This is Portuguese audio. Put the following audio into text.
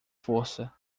força